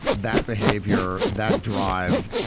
that behavior that drive,